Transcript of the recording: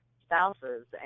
spouses